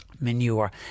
manure